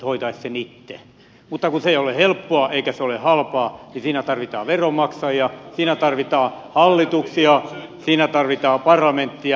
mutta kun se ei ole helppoa eikä se ole halpaa niin siinä tarvitaan veronmaksajia siinä tarvitaan hallituksia siinä tarvitaan parlamenttia